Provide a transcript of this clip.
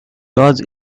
was